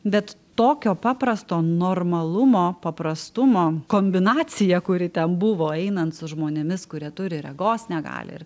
bet tokio paprasto normalumo paprastumo kombinacija kuri ten buvo einant su žmonėmis kurie turi regos negalią ir